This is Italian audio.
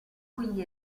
quindi